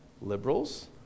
Liberals